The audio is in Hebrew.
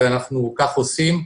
וכך אנחנו עושים.